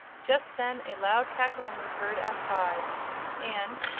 just then a loud cackling was heard outside and,